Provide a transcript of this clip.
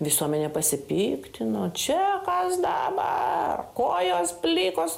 visuomenė pasipiktino čia kas dabar kojos plikos